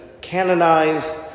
canonized